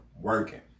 working